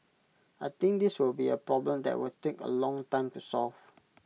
I think this will be A problem that will take A long time to solve